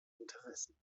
interessen